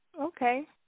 Okay